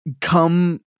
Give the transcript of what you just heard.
come